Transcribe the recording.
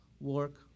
work